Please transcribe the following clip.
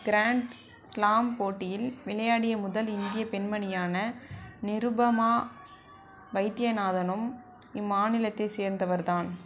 grand slam போட்டியில் விளையாடிய முதல் இந்திய பெண்மணியான நிருபமா வைத்தியநாதனும் இம்மாநிலத்தை சேர்ந்தவர்தான்